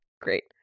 Great